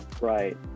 right